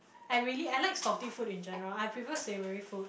I really I like salty food in general I prefer savoury food